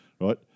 Right